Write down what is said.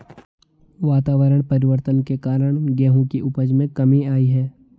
वातावरण परिवर्तन के कारण गेहूं की उपज में कमी आई है